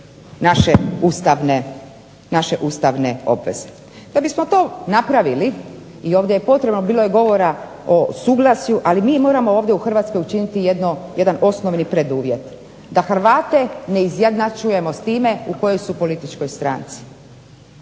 naše ustavne obveze. Da bismo to napravili i ovdje je potrebno, bilo je govora o suglasju ali mi moramo ovdje u Hrvatskoj učiniti jedan osnovni preduvjet da Hrvate ne izjednačujemo sa time u kojoj su političkoj stranci.